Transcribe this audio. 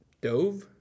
Dove